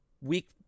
week